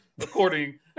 according